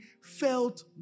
felt